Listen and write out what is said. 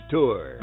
Tour